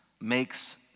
makes